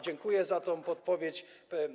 Dziękuję za tę podpowiedź.